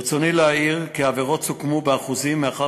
ברצוני להעיר כי העבירות סוכמו באחוזים מאחר